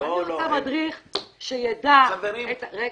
אני רוצה מדריך שידע --- כבר